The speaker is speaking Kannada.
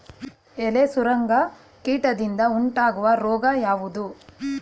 ಎಲೆ ಸುರಂಗ ಕೀಟದಿಂದ ಉಂಟಾಗುವ ರೋಗ ಯಾವುದು?